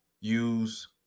Use